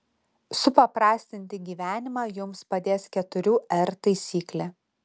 supaprastinti gyvenimą jums padės keturių r taisyklė